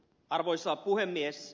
arvoisa puhemies